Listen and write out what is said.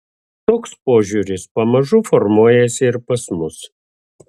toks požiūris pamažu formuojasi ir pas mus